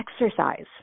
exercise